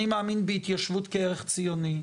אני מאמין בהתיישבות כערך ציוני.